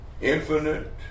infinite